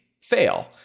fail